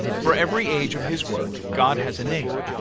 for every age of his work, god has a name.